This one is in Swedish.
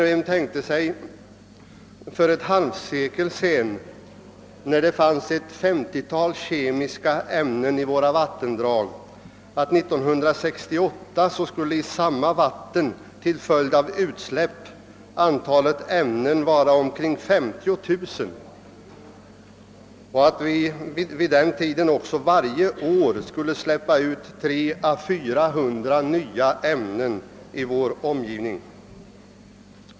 Vem tänkte sig för ett halvsekel sedan, när det fanns ett 50-tal kemiska ämnen i våra vattendrag, att 1968 skulle i samma vatten till följd av utsläpp antalet kemiska ämnen vara omkring 50 000 och att vi nu varje år skulle släppa ut 300 å 400 nya ämnen i vår omgivning?